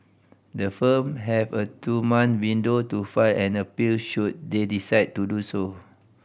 the firm have a two month window to file an appeal should they decide to do so